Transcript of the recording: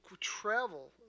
travel